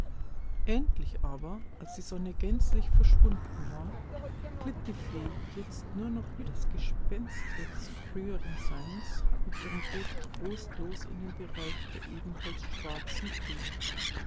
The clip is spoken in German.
endlich aber als die sonne gänzlich verschwunden war glitt die fee jetzt nur noch wie das gespenst ihres früheren seins mit ihrem boot trostlos in das bereich der ebenholzschwarzen flut